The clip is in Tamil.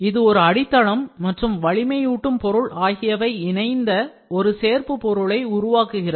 இது ஒரு அடித்தளம் மற்றும் வலிமையூட்டும் பொருள் ஆகியவை இணைந்த ஒரு சேர்ப்பு பொருளை உருவாக்குகிறது